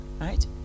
right